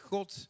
God